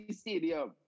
stadium